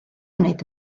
wneud